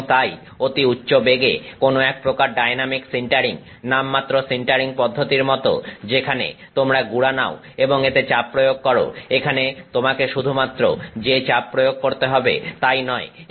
এবং তাই অতি উচ্চ বেগে কোনো এক প্রকার ডাইনামিক সিন্টারিং নামমাত্র সিন্টারিং পদ্ধতির মত যেখানে তোমরা গুড়া নাও এবং এতে চাপ প্রয়োগ করো এখানে তোমাকে শুধুমাত্র যে চাপ প্রয়োগ করতে হবে তাই নয়